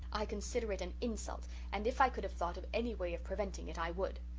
i consider it an insult and if i could have thought of any way of preventing it i would.